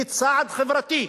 היא צעד חברתי.